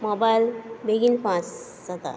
mobile बेगीन fast जाता